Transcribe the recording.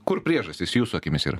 kur priežastys jūsų akimis yra